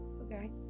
okay